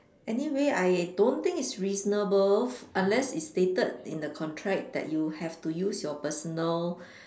anyway I don't think it's reasonable unless it's stated in the contract that you have to use your personal